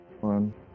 one